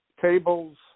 tables